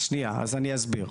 אז שנייה, אני אסביר.